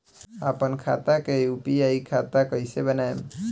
आपन खाता के यू.पी.आई खाता कईसे बनाएम?